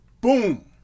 boom